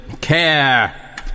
care